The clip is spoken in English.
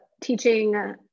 teaching